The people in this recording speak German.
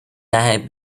daher